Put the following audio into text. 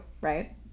right